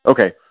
Okay